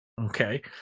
Okay